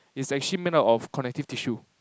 it's actually made up of connective tissue